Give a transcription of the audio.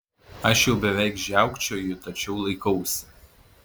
aš jau beveik žiaukčioju tačiau laikausi